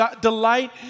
delight